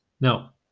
now